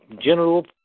general